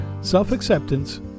self-acceptance